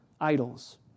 idols